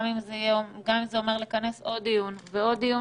גם אם זה אומר לכנס עוד דיון ועוד דיון